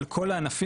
על כל הענפים,